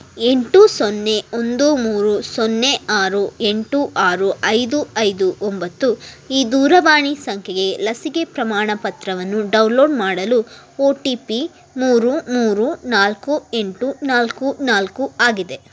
ಎಂಟು ಸೊನ್ನೆ ಒಂದು ಮೂರು ಸೊನ್ನೆ ಆರು ಎಂಟು ಆರು ಐದು ಐದು ಒಂಬತ್ತು ಈ ದೂರವಾಣಿ ಸಂಖ್ಯೆಗೆ ಲಸಿಕೆ ಪ್ರಮಾಣಪತ್ರವನ್ನು ಡೌನ್ಲೋಡ್ ಮಾಡಲು ಒ ಟಿ ಪಿ ಮೂರು ಮೂರು ನಾಲ್ಕು ಎಂಟು ನಾಲ್ಕು ನಾಲ್ಕು ಆಗಿದೆ